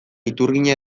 iturgina